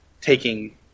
taking